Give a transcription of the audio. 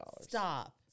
Stop